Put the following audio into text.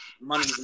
money